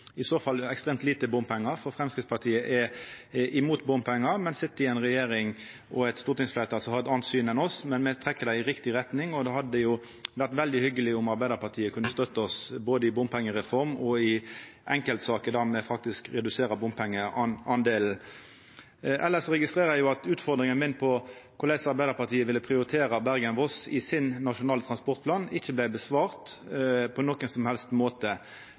i så fall ekstremt lite bompengar, for Framstegspartiet er imot bompengar, men sit i ei regjering og med eit stortingsfleirtal som har eit anna syn enn oss, men me trekkjer dei i rett retning. Det hadde vore veldig hyggeleg om Arbeidarpartiet kunne støtta oss både i bompengereform og i enkeltsaker der me faktisk reduserer bompengedelen. Elles registrerer eg at utfordringa mi om korleis Arbeidarpartiet vil prioritera Bergen–Voss i sin nasjonale transportplan, ikkje vart svart på, på nokon som helst måte.